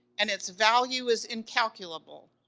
and its value is incalculable,